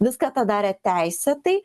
viską tą darė teisėtai